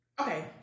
Okay